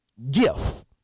Gift